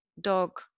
dog